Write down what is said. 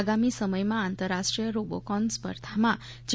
આગામી સમયમાં આંતરરાષ્ટ્રી ાય રોબોકોન સ્પર્ધામાં જી